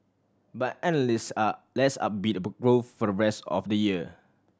but analyst are less upbeat about growth for the rest of the year